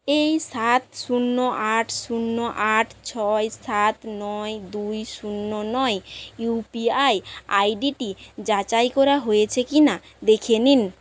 এই সাত শূন্য আট শূন্য আট ছয় সাত নয় দুই শূন্য নয় ইউপিআই আইডিটি যাচাই করা হয়েছে কি না দেখে নিন